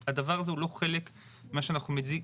הדבר הזה הוא לא חלק ממה שאנחנו מציגים